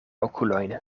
okulojn